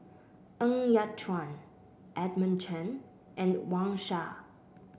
Ng Yat Chuan Edmund Chen and Wang Sha